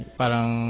parang